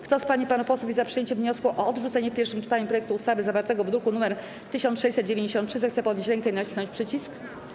Kto z pań i panów posłów jest za przyjęciem wniosku o odrzucenie w pierwszym czytaniu projektu ustawy zawartego w druku nr 1693, zechce podnieść rękę i nacisnąć przycisk.